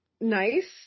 nice